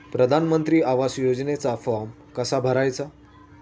प्रधानमंत्री आवास योजनेचा फॉर्म कसा भरायचा?